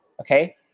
Okay